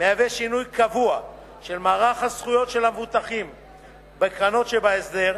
מהווה שינוי קבוע של מערך הזכויות של המבוטחים בקרנות שבהסדר,